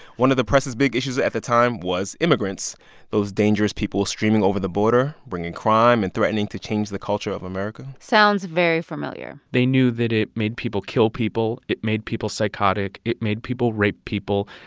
one of the press's big issues at the time was immigrants those dangerous people streaming over the border, bringing crime and threatening to change the culture of america sounds very familiar they knew that it made people kill people. it made people psychotic. it made people rape people.